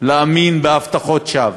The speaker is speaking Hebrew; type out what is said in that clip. להאמין בהבטחות שווא.